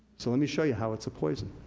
so, let me show you how it's a poison.